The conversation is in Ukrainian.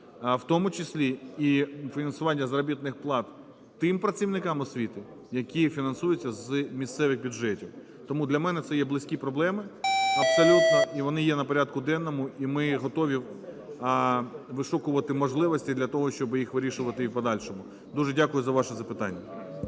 в тому числі і фінансування заробітних плат тим працівникам освіти, які фінансуються з місцевих бюджетів. Тому для мене це є близькі проблеми абсолютно, і вони є на порядку денному. І ми готові вишукувати можливості для того, щоб їх вирішувати і в подальшому. Дуже дякую за ваше запитання.